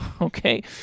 okay